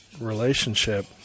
relationship